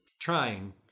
trying